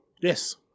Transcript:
Yes